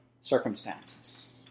circumstances